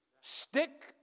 Stick